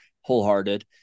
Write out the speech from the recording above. wholehearted